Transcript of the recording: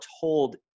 told